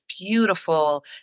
beautiful